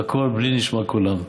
והכול "בלי נשמע קולם",